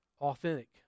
authentic